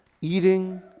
Eating